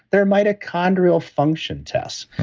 they're mitochondrial function test